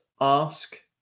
ask